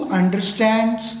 understands